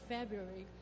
February